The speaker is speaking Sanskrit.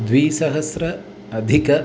द्विसहस्राधिकम्